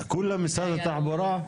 כולם משרד התחבורה?